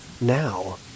now